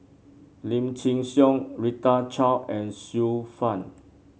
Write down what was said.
Lim Chin Siong Rita Chao and Xiu Fang